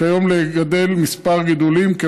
יהיה לגדל גידולים מסוימים,